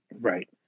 right